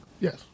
Yes